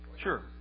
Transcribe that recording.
Sure